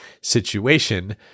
situation